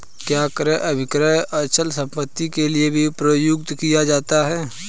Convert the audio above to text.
क्या क्रय अभिक्रय अचल संपत्ति के लिये भी प्रयुक्त किया जाता है?